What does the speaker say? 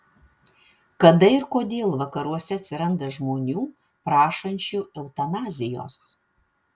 kada ir kodėl vakaruose atsiranda žmonių prašančių eutanazijos